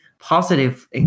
positive